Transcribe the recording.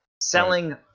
selling